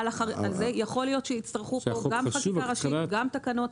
יכול להיות שיצטרכו פה גם חקיקה ראשית, גם תקנות.